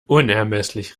unermesslich